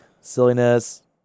silliness